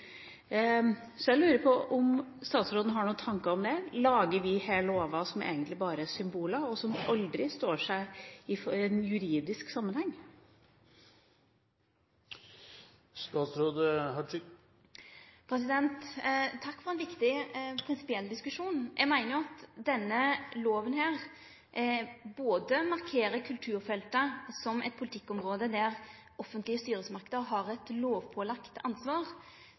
Jeg lurer på om statsråden har noen tanker om det. Lager vi her lover som egentlig bare er symboler, og som aldri står seg i en juridisk sammenheng? Takk for ein viktig prinsipiell diskusjon. Eg meiner at denne loven markerer kulturfeltet som eit politikkområde der offentlege styresmakter har eit lovpålagt ansvar.